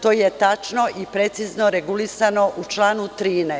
To je tačno i precizno regulisano u članu 13.